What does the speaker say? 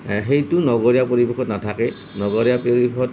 সেইটো নগৰীয়া পৰিৱেশত নাথাকে নগৰীয়া পৰিৱেশত